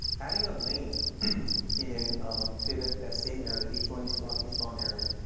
adding a lane in say that that same area, h one eastbound eastbound area,